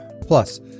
plus